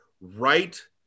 right